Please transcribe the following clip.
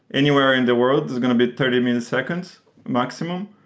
anywhere in the world is going to be thirty milliseconds maximum.